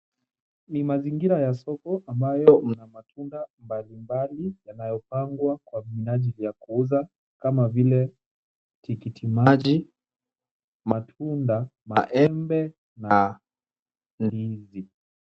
Ni mazingira ya soko ambayo mna matunda mbalimbali yanayopangwa kwa minajili ya kuuza kama vile tikiti maji, matunda, maembe na ndizi.